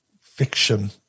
fiction